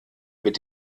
mit